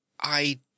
I